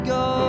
go